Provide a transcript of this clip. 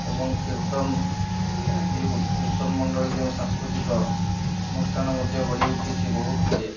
ଏବଂ କୀର୍ତ୍ତନ ଇଏ କୀର୍ତ୍ତନ ମଣ୍ଡଳୀ ଯେଉଁ ସାଂସ୍କୃତିକ ଅନୁଷ୍ଠାନ ମଧ୍ୟ ଗଢ଼ି ଉଠିଚି ବହୁତ ଗୁଡ଼ିଏ